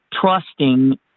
trusting